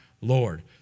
Lord